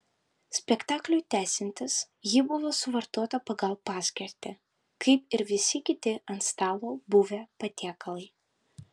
spektakliui tęsiantis ji buvo suvartota pagal paskirtį kaip ir visi kiti ant stalo buvę patiekalai